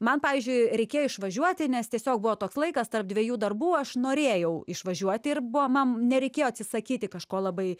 man pavyzdžiui reikėjo išvažiuoti nes tiesiog buvo toks laikas tarp dviejų darbų aš norėjau išvažiuoti ir buvo man nereikėjo atsisakyti kažko labai